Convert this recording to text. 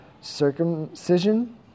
circumcision